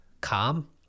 calm